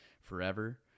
forever